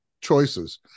choices